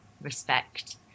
respect